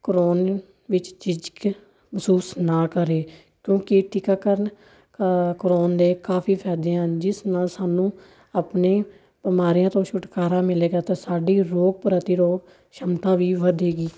ਕਰਾਉਣ ਵਿੱਚ ਝਿਜਕ ਮਹਿਸੂਸ ਨਾ ਕਰੇ ਕਿਉਂਕੀ ਟੀਕਾਕਰਨ ਕਰਾਉਣ ਦੇ ਕਾਫ਼ੀ ਫਾਇਦੇ ਹਨ ਜਿਸ ਨਾਲ ਸਾਨੂੰ ਆਪਣੇ ਬਿਮਾਰੀਆਂ ਤੋਂ ਛੁਟਕਾਰਾ ਮਿਲੇਗਾ ਤਾਂ ਸਾਡੀ ਰੋ ਪ੍ਰਤੀਰੋਧ ਸ਼ੱਮਤਾ ਵੀ ਵਧੇਗੀ